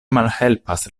malhelpas